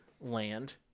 land